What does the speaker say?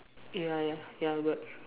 ya ya ya I got